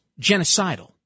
genocidal